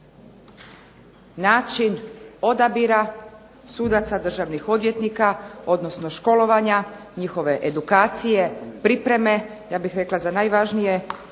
način odabira sudaca, državnih odvjetnika, odnosno školovanja, njihove edukacije, pripreme, ja bih rekla za najvažnije